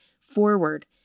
forward